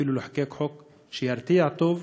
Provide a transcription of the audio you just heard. אפילו לחוקק חוק שירתיע טוב,